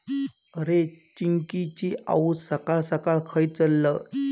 अरे, चिंकिची आऊस सकाळ सकाळ खंय चल्लं?